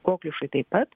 kokliušui taip pat